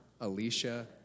Alicia